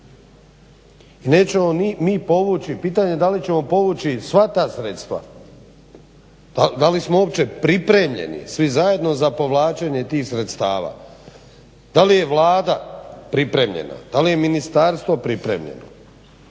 I nećemo mi povući, pitanje je da li ćemo povući sva ta sredstva, da li smo uopće pripremljeni svi zajedno za povlačenje tih sredstava. Da li je Vlada pripremljena, da li je ministarstvo pripremljeno.